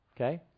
okay